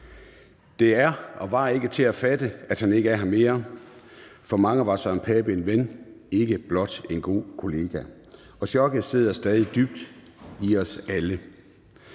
Det var og er ikke til at fatte, at han ikke er her mere. For mange var Søren Pape en ven og ikke blot en god kollega, og chokket sidder stadig dybt i os alle.